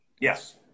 Yes